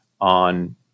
on